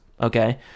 okay